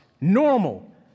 normal